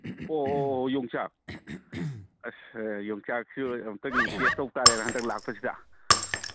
ꯑꯣ ꯑꯣ ꯑꯣ ꯌꯣꯡꯆꯥꯛ ꯑꯁ ꯌꯣꯡꯆꯥꯛꯁꯨ ꯑꯝꯇꯪ ꯇꯦꯁ ꯇꯧ ꯇꯥꯔꯦꯅ ꯍꯟꯗꯛ ꯂꯥꯛꯄꯁꯤꯗ